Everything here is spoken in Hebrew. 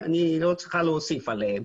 אני לא צריכה להוסיף עליהן.